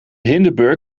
hindenberg